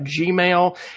Gmail